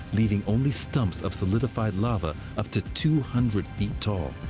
leaving only stumps of solidified lava up to two hundred feet tall.